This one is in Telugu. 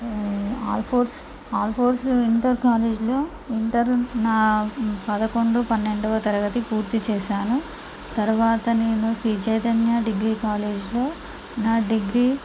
అల్ఫోడ్స్ అల్ఫోడ్స్ ఇంటర్ కాలేజీలో ఇంటర్ నా పదకొండు పన్నెండవ తరగతి పూర్తి చేసాను తరువాత నేను శ్రీ చైతన్య డిగ్రీ కాలేజీలో నా డిగ్రీ